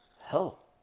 hell